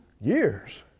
years